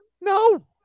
No